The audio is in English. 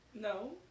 No